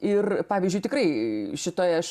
ir pavyzdžiui tikrai šitoj aš